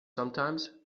sometimes